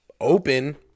open